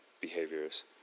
behaviors